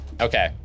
Okay